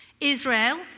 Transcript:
Israel